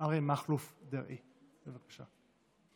אריה מכלוף דרעי, בבקשה.